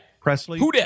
Presley